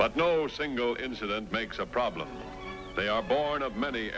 but no single incident makes a problem they are born of m